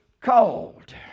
called